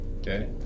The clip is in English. okay